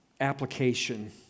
application